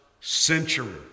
century